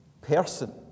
person